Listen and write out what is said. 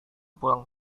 pulang